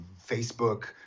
Facebook